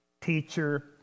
teacher